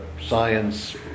science